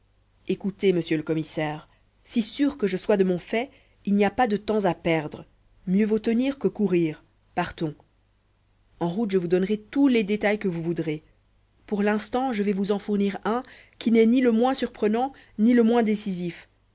écoutez monsieur le commissaire si sûr que je sois de mon fait il n'y a pas de temps à perdre mieux vaut tenir que courir partons en route je vous donnerai tous les détails que vous voudrez pour l'instant je vais vous en fournir un qui n'est ni le moins surprenant ni le moins décisif